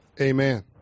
Amen